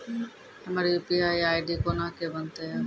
हमर UPI ID कोना के बनत यो?